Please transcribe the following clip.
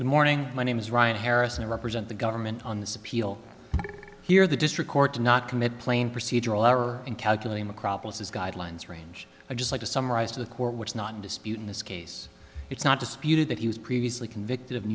good morning my name is ryan harris and represent the government on this appeal here the district court to not commit plain procedural error and calculating acropolis is guidelines range i just like to summarize to the court what's not in dispute in this case it's not disputed that he was previously convicted of in